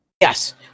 Yes